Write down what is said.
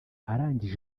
arangije